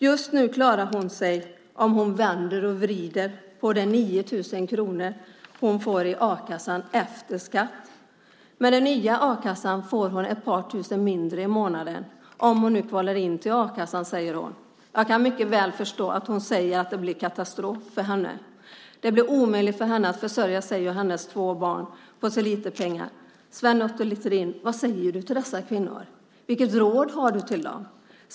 Just nu klarar hon sig om hon vänder och vrider på de 9 000 kronor hon får i a-kassa efter skatt. Med den nya a-kassan får hon ett par tusen mindre i månaden, om hon nu kvalar in till a-kassan, säger hon. Jag kan mycket väl förstå att hon säger att det blir katastrof för henne. Det blir omöjligt för henne att försörja sig och sina två barn på så lite pengar. Vad säger du till dessa kvinnor, Sven Otto Littorin? Vilket råd har du till dem?